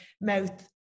mouth